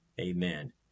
Amen